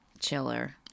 chiller